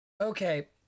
okay